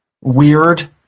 weird